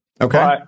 Okay